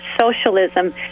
socialism